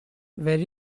very